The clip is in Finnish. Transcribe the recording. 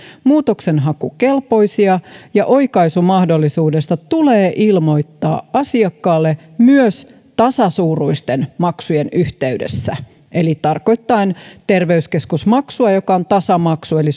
muutoksenhakukelpoisia ja oikaisumahdollisuudesta tulee ilmoittaa asiakkaalle myös tasasuuruisten maksujen yhteydessä eli tarkoittaen terveyskeskusmaksua joka on tasamaksu eli